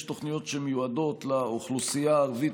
יש תוכניות שמיועדות לאוכלוסייה הערבית,